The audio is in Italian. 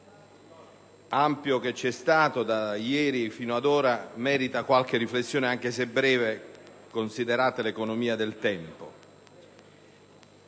ampio che c'è stato da ieri fino ad ora meriti qualche riflessione, anche se breve, considerata l'economia del tempo.